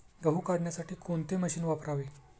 गहू काढण्यासाठी कोणते मशीन वापरावे?